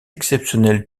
exceptionnelles